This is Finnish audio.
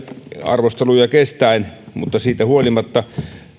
arvosteluja kestäen mutta siitä huolimatta